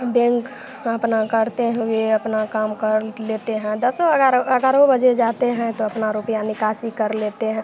bank अपना करते हुए अपना काम कर लेते हैं दसो ग्यारह ग्यारहो बजे जाते हैं तो अपना रुपया निकासी कर लेते हैं